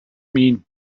mean